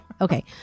Okay